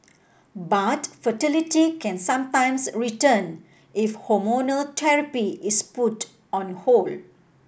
but fertility can sometimes return if hormonal therapy is put on hold